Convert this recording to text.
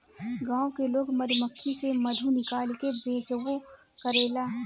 गाँव के लोग मधुमक्खी से मधु निकाल के बेचबो करेला